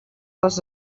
les